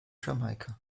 jamaika